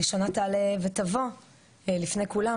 ראשונה תעלה ותבוא לפני כולם,